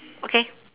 okay